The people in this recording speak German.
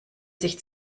sich